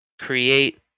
create